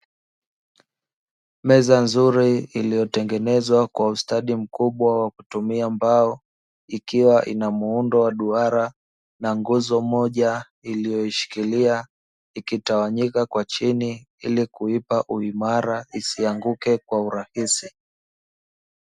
Meza nzuri iliyotengenezwa kwa ustadi mkubwa wa kutumia mbao, ikiwa ina muundo wa duara na nguzo moja iliyoshikilia, ikitawanyika kwa chini ili kuipa uimara isianguke kwa urahisi.